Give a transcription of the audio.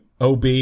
OB